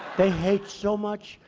they hate so much.